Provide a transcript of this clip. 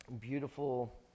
beautiful